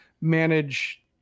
manage